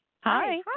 Hi